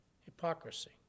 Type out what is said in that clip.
Hypocrisy